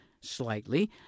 slightly